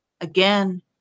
again